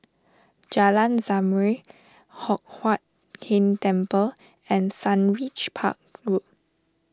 Jalan Zamrud Hock Huat Keng Temple and Sundridge Park Road